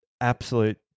absolute